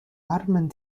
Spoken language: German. armen